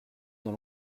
dans